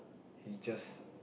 he just